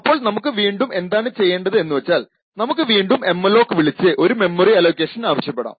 അപ്പോൾ നമുക്ക് വീണ്ടും എന്താണ് ചെയ്യേണ്ടത് എന്ന് വച്ചാൽ നമുക്ക് വീണ്ടും എംഅലോക് വിളിച്ച് ഒരു മെമ്മറി അലോക്കേഷൻ ആവശ്യപ്പെടാം